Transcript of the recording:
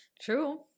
True